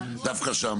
דווקא שם?